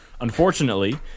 Unfortunately